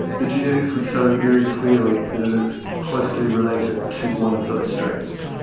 the genetics would show very clearly that it is closely related to one of those strains.